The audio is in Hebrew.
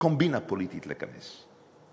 קומבינה פוליטית להיכנס.